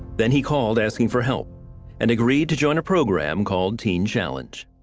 then he called asking for help and agreed to join a program called teen challenge.